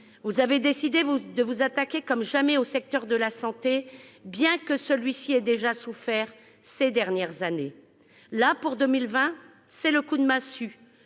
Vous avez décidé de vous attaquer comme jamais au secteur de la santé, bien que celui-ci ait déjà souffert ces dernières années. Là, pour 2020, c'est le coup de massue